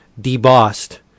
debossed